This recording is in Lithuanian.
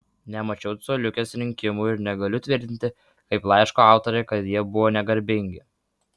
nemačiau coliukės rinkimų ir negaliu tvirtinti kaip laiško autorė kad jie buvo negarbingi